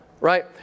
Right